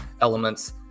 elements